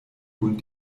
kun